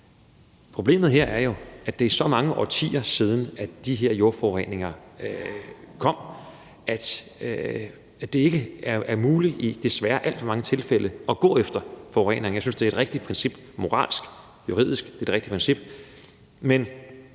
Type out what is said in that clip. Problemet her er jo, at det er så mange årtier siden, de her jordforureninger opstod, at det ikke er muligt i desværre alt for mange tilfælde at gå efter forureneren. Jeg synes, at det er et rigtigt princip moralsk og juridisk, men i de desværre for mange